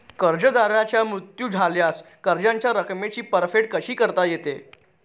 कर्जदाराचा मृत्यू झाल्यास कर्जाच्या रकमेची परतफेड कशी करता येते?